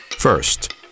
First